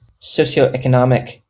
socioeconomic